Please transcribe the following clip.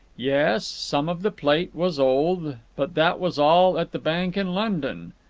yes, some of the plate was old, but that was all at the bank in london.